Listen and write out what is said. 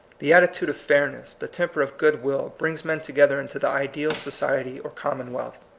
the attitude of fairness, the temper of good will, brings men together into the ideal society or commonwealth.